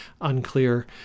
unclear